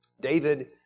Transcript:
David